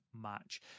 match